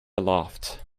aloft